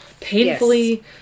painfully